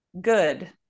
good